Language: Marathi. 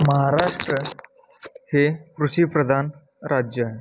महाराष्ट्र हे कृषी प्रधान राज्य आहे